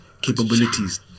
capabilities